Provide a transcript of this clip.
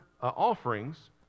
offerings